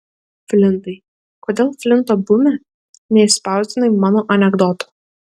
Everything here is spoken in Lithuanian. flintai kodėl flinto bume neišspausdinai mano anekdoto